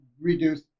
reduce